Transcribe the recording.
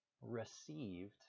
received